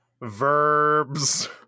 verbs